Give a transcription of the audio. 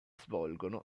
svolgono